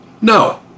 No